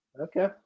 Okay